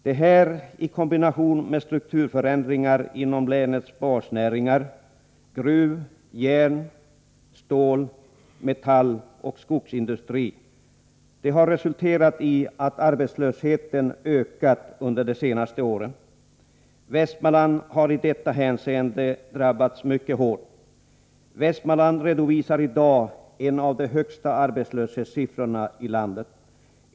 Detta i kombination med strukturförändringar inom länets basnäringar — gruv-, järn-, stål-, metalloch skogsindustri — har resulterat i att arbetslösheten ökat under de senaste åren. Västmanland har i detta hänseende drabbats mycket hårt. Länet redovisar i dag en av de högsta arbetslöshetssiffrorna i landet.